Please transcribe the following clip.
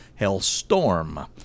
Hellstorm